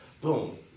boom